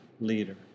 leader